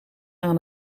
aan